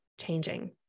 changing